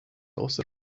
also